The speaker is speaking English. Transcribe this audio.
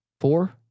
four